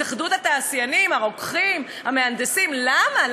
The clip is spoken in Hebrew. התאחדות התעשיינים, הרוקחים, המהנדסים, למה?